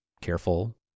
careful